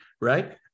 right